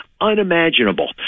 unimaginable